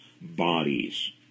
bodies